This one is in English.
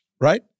right